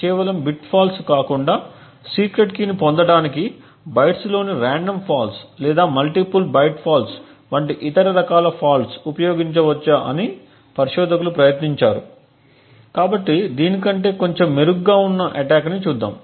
కేవలము bit faults కాకుండా secret కీని పొందటానికి బైట్స్ లోని రాండమ్ ఫాల్ట్స్ లేదా మల్టీపుల్ బైట్ ఫాల్ట్స్ వంటి ఇతర రకాల ఫాల్ట్స్ ఉపయోగించవచ్చా అని పరిశోధకులు ప్రయత్నించారు కాబట్టి దీని కంటే కొంచెం మెరుగ్గా ఉన్న అటాక్ని చూద్దాం